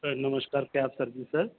नमस्कार सर क्या service sir